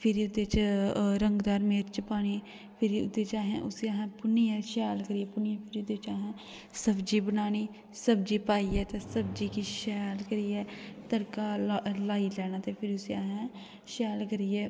फिर ओह्दे च रंगदार मिर्च पानी फिर असें भुन्नियै शैल करियै ओह्दे बिच असें सब्ज़ी बनानी ते सब्ज़ी बनाइयै सब्ज़ी गी किश शैल करियै तड़का लाई लैना ते फिर उसी असें शैल करियै